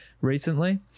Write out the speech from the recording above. recently